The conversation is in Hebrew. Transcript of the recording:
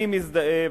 אני מזדהה,